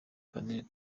padiri